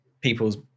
people's